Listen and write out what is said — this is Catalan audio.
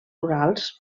rurals